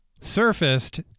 surfaced